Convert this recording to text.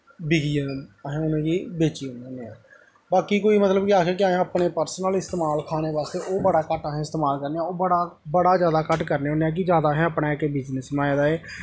बिकी असें मतलब कि अस बेची ओड़ने होन्ने आं बाकी कोई मतलब कि असें अपने पर्सनल इस्तमाल खाने बास्तै ओह् बड़ा घट्ट अस इस्तमाल करने आं ओह् बड़ा बड़ा जादा घट्ट करने होन्ने आं कि जादा एह् असें इक बिज़नस बनाए दा ऐ